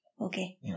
Okay